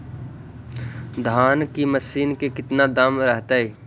धान की मशीन के कितना दाम रहतय?